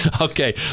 Okay